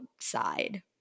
side